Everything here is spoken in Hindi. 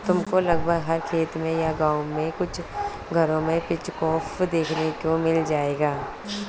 तुमको लगभग हर खेत में या गाँव के कुछ घरों में पिचफोर्क देखने को मिल जाएगा